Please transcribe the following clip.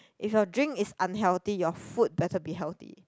if your drink is unhealthy your food better be healthy